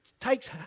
takes